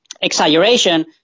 exaggeration